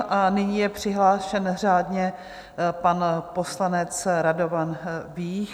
A nyní je přihlášen řádně pan poslanec Radovan Vích.